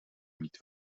mít